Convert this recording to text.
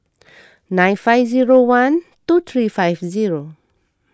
nine five zero one two three five zero